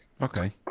Okay